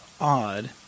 odd